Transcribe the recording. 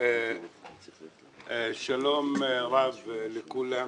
שלום רב לכולם.